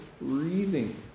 breathing